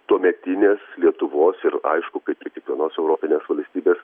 tuometinės lietuvos ir aišku kaip ir kiekvienos europinės valstybės